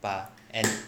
but and